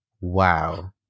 Wow